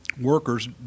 workers